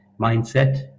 mindset